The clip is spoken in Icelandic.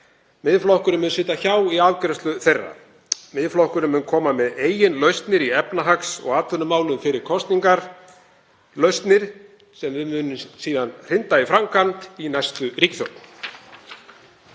Miðflokkurinn mun sitja hjá við afgreiðslu þeirra. Miðflokkurinn mun koma með eigin lausnir í efnahags- og atvinnumálum fyrir kosningar, lausnir sem við munum síðan hrinda í framkvæmd í næstu ríkisstjórn.